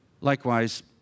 Likewise